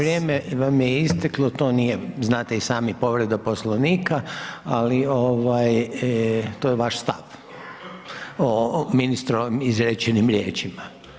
Vrijeme vam je isteklo, to nije, znate i sami, povreda Poslovnika, ali ovaj to je vaš stav o ministrovim izrečenim riječima.